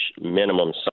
minimum